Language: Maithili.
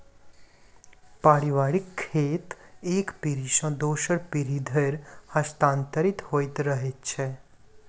पारिवारिक खेत एक पीढ़ी सॅ दोसर पीढ़ी धरि हस्तांतरित होइत रहैत छै